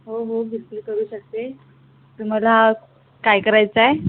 हो हो करू शकते तुम्हाला काय करायचं आहे